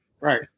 Right